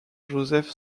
joseph